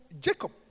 Jacob